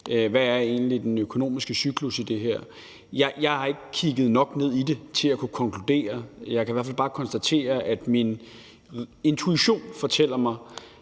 hvad den økonomiske cyklus i det her egentlig er. Jeg har ikke kigget nok ned i det til at kunne konkludere. Jeg kan i hvert fald bare konstatere, at min intuition fortæller mig,